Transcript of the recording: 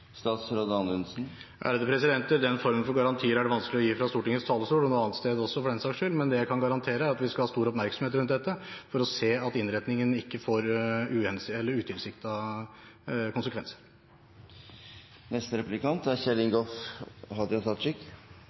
Den formen for garantier er det vanskelig å gi fra Stortingets talerstol – også fra andre steder, for den saks skyld – men det jeg kan garantere, er at vi skal ha stor oppmerksomhet rundt dette for å se at innretningen ikke får